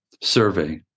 Survey